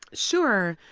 sure.